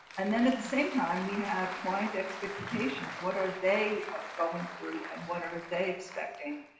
and then at the same time we have client expectations. what are they going through and what are they expecting?